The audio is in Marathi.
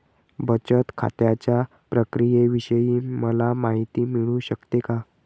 बचत खात्याच्या प्रक्रियेविषयी मला माहिती मिळू शकते का?